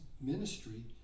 ministry